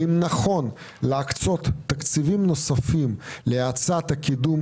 האם נכון להקצות תקציבים נוספים להאצת קידום